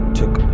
took